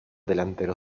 delantero